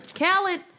Khaled